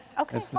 Okay